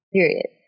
Period